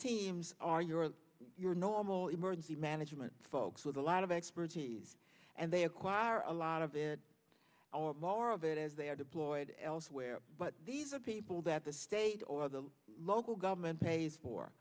teams are you or your normal emergency management folks with a lot of expertise and they acquire a lot of our more of it as they are deployed elsewhere but these are people that the state or the local government pays for